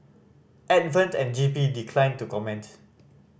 advent and G P declined to comment